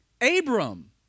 Abram